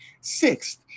sixth